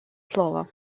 слово